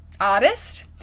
artist